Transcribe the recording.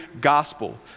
gospel